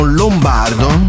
lombardo